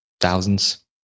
thousands